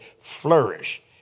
flourish